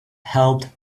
helped